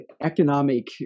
economic